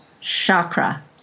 chakra